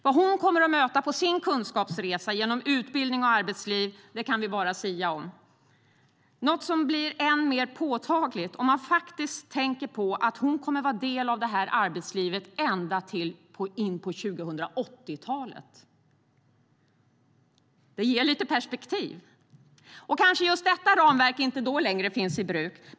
Vad hon kommer att möta på sin kunskapsresa genom utbildning och arbetsliv kan vi bara sia om, något som blir än mer påtagligt om man betänker att hon kommer att vara en del av arbetslivet ända in på 2080-talet. Det ger lite perspektiv! Kanske just detta ramverk inte då längre finns i bruk.